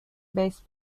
based